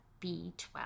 B12